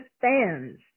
fans